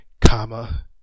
comma